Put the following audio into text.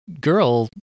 girl